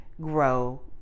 grow